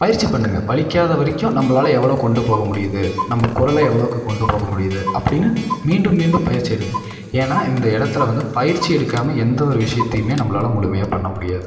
பயிற்சி பண்ணுங்க வலிக்காத வரைக்கும் நம்பளால் எவ்வளோ கொண்டு போக முடியுது நம்ப குரலை எவ்ளோக்கு கொண்டு போக முடியுது அப்படின்னு மீண்டும் மீண்டும் பயிற்சி எடுங்க ஏனால் இந்த இடத்துல வந்து பயிற்சி எடுக்காமல் எந்த ஒரு விஷயத்தையுமே நம்பளால் முழுமையா பண்ண முடியாது